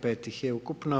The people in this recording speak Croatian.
5 ih je ukupno.